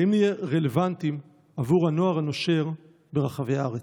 האם נהיה רלוונטיים עבור הנוער הנושר ברחבי הארץ?